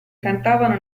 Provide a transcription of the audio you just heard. cantavano